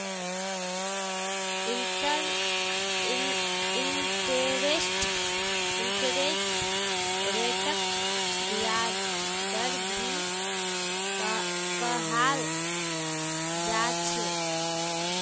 interest रेटक ब्याज दर भी कहाल जा छे